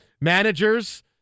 managers